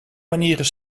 manieren